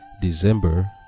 December